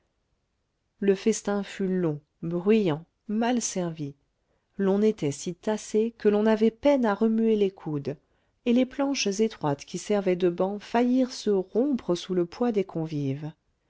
le festin fut long bruyant mal servi l'on était si tassé que l'on avait peine à remuer les coudes et les planches étroites qui servaient de bancs faillirent se rompre sous le poids des convives